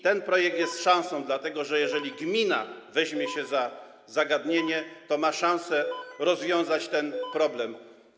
Ten projekt jest szansą, dlatego że jeżeli gmina weźmie się za to zagadnienie, to ma szansę rozwiązać ten problem.